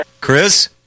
Chris